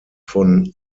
von